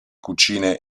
cucine